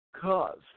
cause